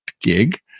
gig